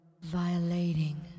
violating